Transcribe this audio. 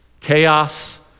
chaos